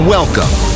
Welcome